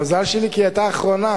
המזל שלי, כי היא היתה אחרונה.